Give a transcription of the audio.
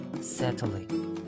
settling